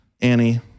Annie